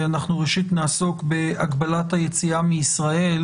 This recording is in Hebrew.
אנחנו, ראשית, נעסוק בהגבלת היציאה מישראל